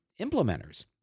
implementers